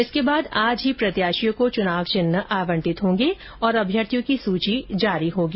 इसके बाद आज ही प्रत्याशियों को चुनाव चिन्ह आवंटित होंगे और अभ्यर्थियों की सूची जारी होगी